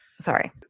Sorry